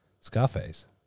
Scarface